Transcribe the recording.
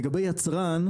לגבי יצרן,